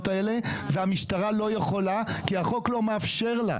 האלה והמשטרה לא יכולה כי החוק לא מאפשר לה.